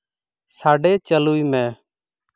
ᱥᱟᱰᱮ ᱪᱟᱹᱞᱩᱭ ᱢᱮ